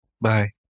Bye